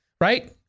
Right